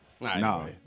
No